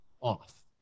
off